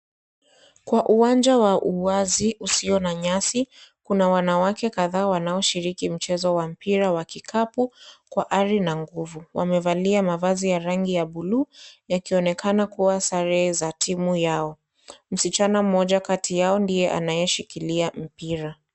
Kwa uwanja wa uwazi usiona nyasi, kuna wanawake kadha wanaushiriki mchezo wa mpira wa kikapu kwa ari na nguvu. Wamevalia mavazi ya rangi ya buluu yakionekana kuwa sare za timu yao. Msichana moja kati yao ndiye anayeshikilia mpira.